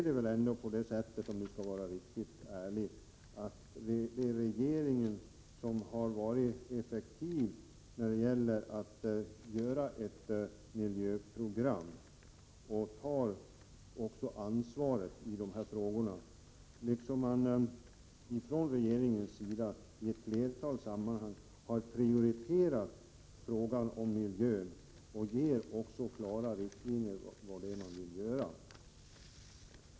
Men om vi skall vara riktigt ärliga är det väl ändå regeringen som har arbetat mest effektivt på att få fram ett miljöprogram och som tar ett ansvar i dessa frågor. Regeringen har i ett flertal sammanhang prioriterat frågan om miljön och gett klara riktlinjer för det fortsatta miljöarbetet.